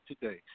today